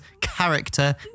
character